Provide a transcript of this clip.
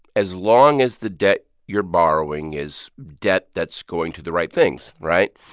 as long as the debt you're borrowing is debt that's going to the right things, right?